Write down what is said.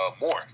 more